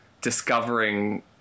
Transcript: discovering